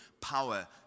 power